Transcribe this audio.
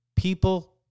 people